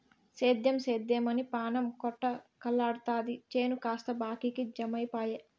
సేద్దెం సేద్దెమని పాణం కొటకలాడతాది చేను కాస్త బాకీకి జమైపాయె